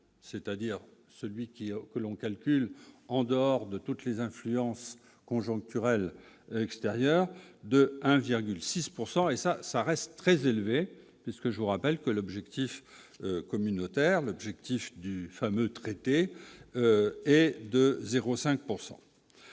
c'est-à-dire celui qui que l'on calcule en dehors de toutes les influences conjoncturelles extérieure de 1,6 pourcent et et ça, ça reste très élevé, ce que je vous rappelle que l'objectif communautaire le objectif du fameux traité et de 0 5